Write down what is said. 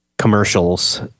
commercials